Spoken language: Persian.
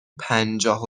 پنجاه